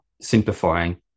simplifying